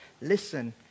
listen